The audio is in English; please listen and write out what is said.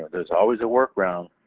there's always a workaround.